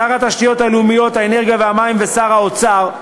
שר התשתיות הלאומיות, האנרגיה והמים ושר האוצר,